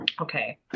Okay